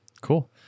Cool